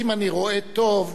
אם אני רואה טוב,